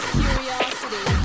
curiosity